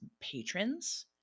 patrons